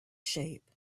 shape